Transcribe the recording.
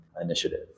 Initiative